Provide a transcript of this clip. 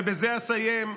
ובזה אסיים,